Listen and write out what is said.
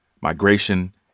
migration